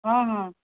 हाँ हाँ